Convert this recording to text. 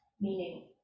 meaning